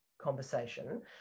conversation